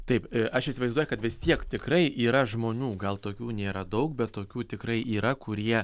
taip aš įsivaizduoju kad vis tiek tikrai yra žmonių gal tokių nėra daug bet tokių tikrai yra kurie